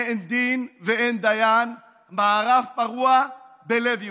אין דין ואין דיין, מערב פרוע בלב ירושלים.